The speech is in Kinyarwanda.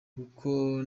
kuko